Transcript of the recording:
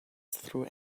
through